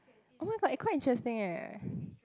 oh-my-god eh quite interesting eh